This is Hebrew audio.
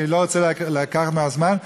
אני לא רוצה לקחת מהזמן.